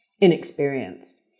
inexperienced